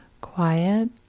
quiet